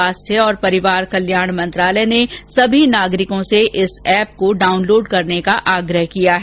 स्वास्थ्य और परिवार कल्याण मंत्रालय ने सभी नागरिकों से इस एप को डाउनलोड करने का आग्रह किया है